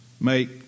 make